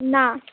না